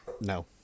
No